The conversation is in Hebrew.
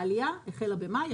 העלייה החלה בחודש מאי.